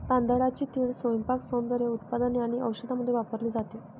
तांदळाचे तेल स्वयंपाक, सौंदर्य उत्पादने आणि औषधांमध्ये वापरले जाते